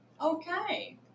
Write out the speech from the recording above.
Okay